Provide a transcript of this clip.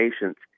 patients